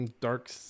Dark